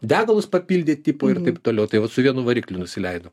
degalus papildė tipo ir taip toliau tai vat su vienu varikliu nusileidom